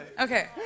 Okay